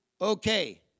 Okay